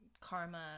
karma